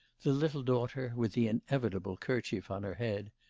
the little daughter, with the inevitable kerchief on her head,